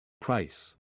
Price